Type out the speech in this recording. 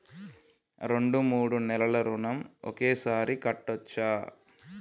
రెండు మూడు నెలల ఋణం ఒకేసారి కట్టచ్చా?